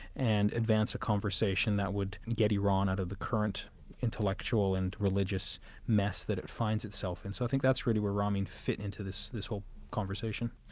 and advance a conversation that would get iran out of the current intellectual and religious mess that it finds itself in. so i think that's really where ramin fitted into this this whole conversation.